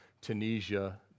Tunisia